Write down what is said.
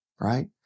Right